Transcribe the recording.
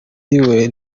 iwe